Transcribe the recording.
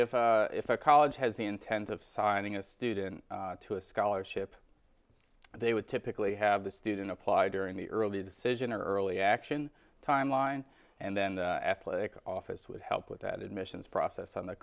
if if a college has the intent of signing a student to a scholarship they would typically have the student apply during the early decision early action timeline and then the athletic office would help with that admissions process on the